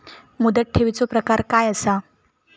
मुदत ठेवीचो प्रकार काय असा?